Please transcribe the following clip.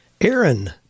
Aaron